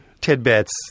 tidbits